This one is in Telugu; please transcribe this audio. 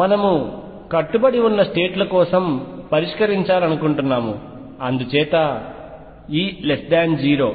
మనము కట్టుబడి ఉన్న స్టేట్ ల కోసం పరిష్కరించాలనుకుంటున్నాము అందుచేత E 0